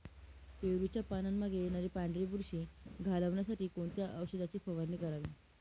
पेरूच्या पानांमागे येणारी पांढरी बुरशी घालवण्यासाठी कोणत्या औषधाची फवारणी करावी?